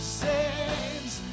saves